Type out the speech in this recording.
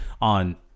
on